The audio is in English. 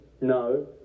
No